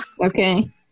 Okay